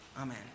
Amen